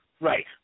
Right